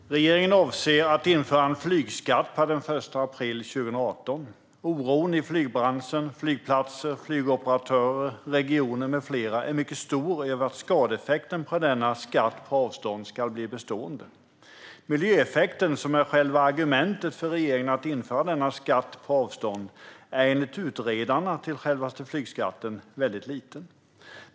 Herr talman! Regeringen avser att införa en flygskatt per den 1 april 2018. Oron hos flygbranschen, flygplatser, flygoperatörer, regioner med flera är mycket stor över att skadeeffekten av denna skatt på avstånd ska bli bestående. Den miljöeffekt som är själva argumentet för regeringen att införa skatten på avstånd är väldigt liten enligt utredarna av självaste flygskatten.